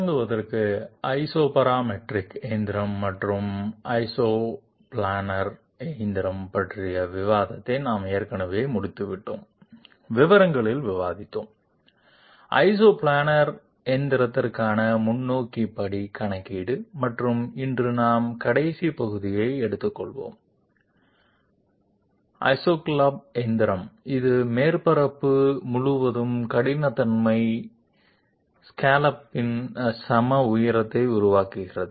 தொடங்குவதற்கு ஐசோபராமெட்ரிக் எந்திரம் மற்றும் ஐசோப்ளானார் எந்திரம் பற்றிய விவாதத்தை நாம் ஏற்கனவே முடித்துவிட்டோம் விவரங்களில் விவாதித்தோம் ஐசோப்ளானார் எந்திரத்திற்கான முன்னோக்கி படி கணக்கீடு மற்றும் இன்று நாம் கடைசி பகுதியை எடுத்துக்கொள்வோம் ஐசோஸ்கலோப் எந்திரம் இது மேற்பரப்பு முழுவதும் கடினத்தன்மை ஸ்காலப்பின் சம உயரத்தை உருவாக்குகிறது